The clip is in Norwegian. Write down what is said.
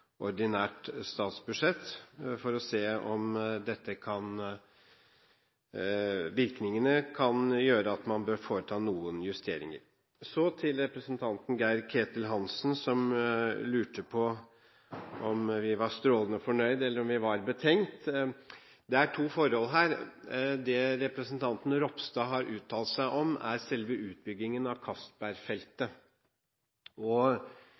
ordinært statsbudsjett for å se om virkningene kan gjøre at man bør foreta noen justeringer. Så til representanten Geir-Ketil Hansen som lurte på om vi var strålende fornøyd, eller om vi var betenkt. Det er to forhold her. Det representanten Ropstad har uttalt seg om, er selve utbyggingen av